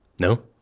No